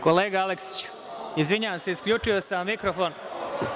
Kolega Aleksiću, izvinjavam se, isključio sam vam mikrofon.